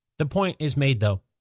the point is made, though.